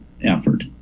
effort